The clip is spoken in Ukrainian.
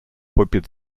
попід